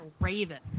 Raven